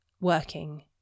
working